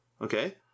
okay